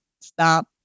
stop